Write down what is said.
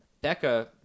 Becca